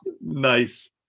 Nice